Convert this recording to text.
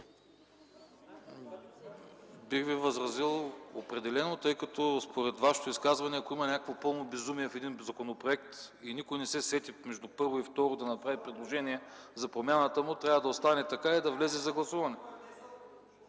Бих Ви възразил определено, тъй като според Вашето изказване, ако има пълно безумие по някой законопроект и никой не се сети между първо и второ четене да направи предложение за промяната му, трябва да остане и така да влезе за гласуване.